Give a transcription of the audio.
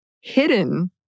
hidden